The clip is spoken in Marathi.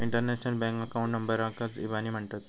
इंटरनॅशनल बँक अकाऊंट नंबराकच इबानी म्हणतत